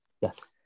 Yes